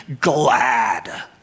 glad